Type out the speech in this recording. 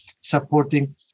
supporting